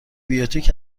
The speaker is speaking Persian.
بیوتیک